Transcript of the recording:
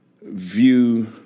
view